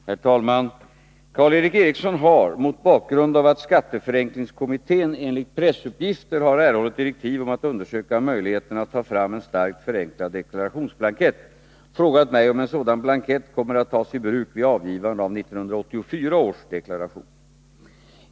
Herr talman! Karl Erik Eriksson har, mot bakgrund av att skatteförenklingskommittén enligt pressuppgifter har erhållit direktiv om att undersöka möjligheterna att ta fram en starkt förenklad deklarationsblankett, frågat mig om en sådan blankett kommer att tas i bruk vid avgivande av 1984 års deklaration.